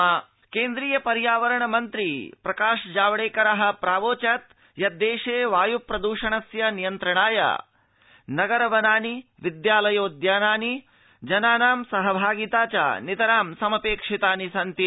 राज्यसभावायुप्रदूषणम् केन्द्रीय पर्यावरण मन्त्री प्रकाश जावडेकरः प्रावोचत् यद् देशे वायु प्रदूषणस्य नियन्त्रणार्थं नगर वनानि विद्यालयोद्यानानि जनानां सहभागिता च नितरां समपेक्षितानि सन्ति